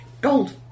gold